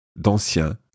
d'anciens